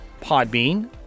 Podbean